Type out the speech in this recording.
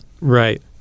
Right